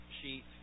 sheet